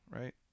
right